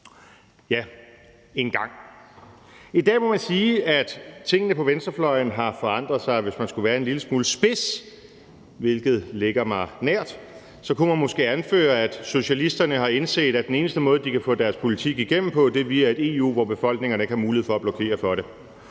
Ja, engang! I dag må man sige, at tingene på venstrefløjen har forandret sig. Hvis man skulle være en lille smule spids, hvilket ligger mig nært, kunne man måske anføre, at socialisterne har indset, at den eneste måde, de kan få deres politik igennem på, er via et EU, hvor befolkningerne ikke har mulighed for at blokere for det.